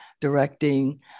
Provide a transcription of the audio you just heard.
directing